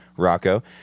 Rocco